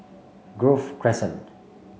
Grove Crescent